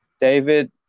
David